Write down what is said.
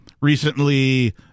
recently